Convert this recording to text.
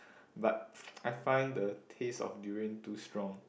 but I find the taste of durian too strong